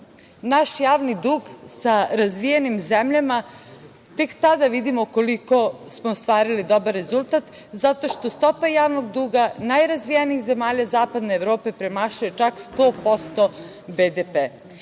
naš javni dug sa razvijenim zemljama tek tada vidimo koliko smo ostvarili dobar rezultat, zato što stopa javnog duga najrazvijenijih zemalja zapadne Evrope premašuje čak 100%